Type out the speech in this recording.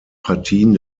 partien